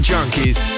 Junkies